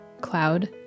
cloud